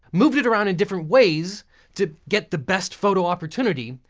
move it around in different ways to get the best photo opportunity,